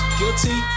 guilty